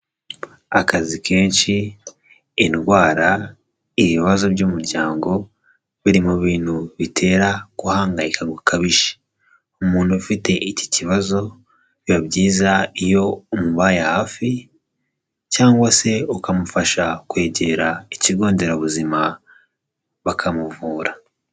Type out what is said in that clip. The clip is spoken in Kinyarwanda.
Akazi kenshi, indwara, ibibazo by'umuryango, biri mu bintu bitera guhangayika gukabije, umuntu ufite iki kibazo biba byiza iyo umubaye hafi cyangwa se ukamufasha kwegera ikigo nderabuzima bakamuvura.